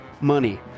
money